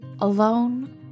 alone